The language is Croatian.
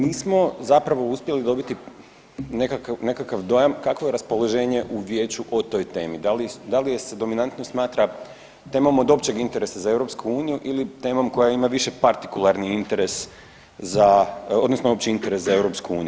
Nismo zapravo uspjeli dobiti nekakav dojam kakvo je raspoloženje u Vijeću o toj temi, da li je se dominantno smatra temom od općeg interesa za EU ili temom koja ima više partikularni interes za, odnosno opći interes za EU.